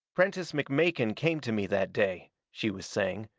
prentiss mcmakin came to me that day, she was saying,